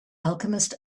alchemist